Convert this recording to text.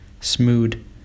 smooth